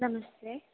नमस्ते